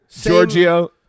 Giorgio